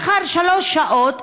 לאחר שלוש שעות,